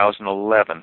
2011